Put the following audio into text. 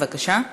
בבקשה.